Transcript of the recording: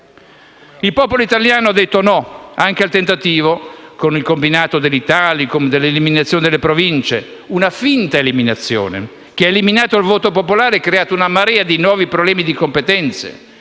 Il popolo italiano ha detto no anche al tentativo, attuato con il combinato di Italicum, dell'eliminazione delle Province (una finta eliminazione, che ha eliminato il voto popolare e creato una marea di nuovi problemi di competenze),